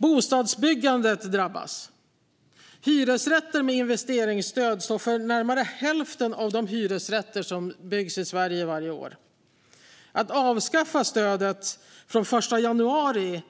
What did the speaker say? Bostadsbyggandet drabbas. Hyresrätter med investeringsstöd står för närmare hälften av de hyresrätter som byggs i Sverige varje år. Att avskaffa stödet från den 1 januari